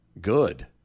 Good